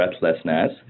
breathlessness